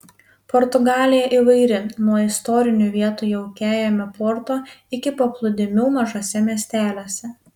portugalija įvairi nuo istorinių vietų jaukiajame porto iki paplūdimių mažuose miesteliuose